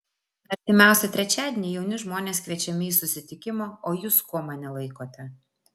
artimiausią trečiadienį jauni žmonės kviečiami į susitikimą o jūs kuo mane laikote